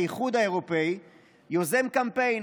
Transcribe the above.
האיחוד האירופי יוזם קמפיין,